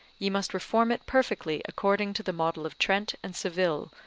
ye must reform it perfectly according to the model of trent and seville,